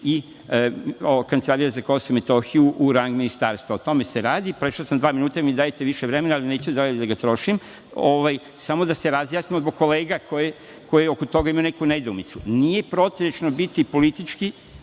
i Kancelarija za Kosovo i Metohiju u rang ministarstva. O tome se radi. Prešao sam dva minuta, vi mi dajete više vremena, ali neću dalje da ga trošim. Samo da se razjasnimo zbog kolega koje oko toga imaju neku nedoumicu. Nije protivno biti politički